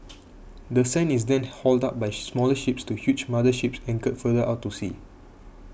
the sand is then hauled up by smaller ships to huge mother ships anchored further out to sea